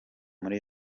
muri